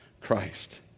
Christ